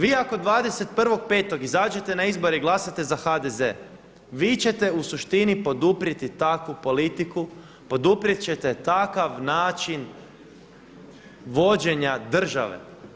Vi ako 21.5. izađete na izbore i glasate za HDZ vi ćete u suštini poduprijeti takvu politiku, poduprijet ćete takav način vođenja države.